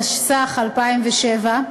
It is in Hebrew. התשס"ח 2007,